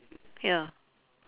ya